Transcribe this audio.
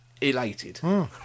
elated